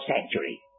sanctuary